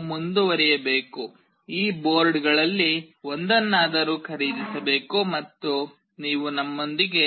ನೀವು ಮುಂದುವರಿಯಬೇಕು ಈ ಬೋರ್ಡ್ಗಳಲ್ಲಿ ಒಂದನ್ನಾದರೂ ಖರೀದಿಸಬೇಕು ಮತ್ತು ನೀವು ನಮ್ಮೊಂದಿಗೆ